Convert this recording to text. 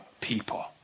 people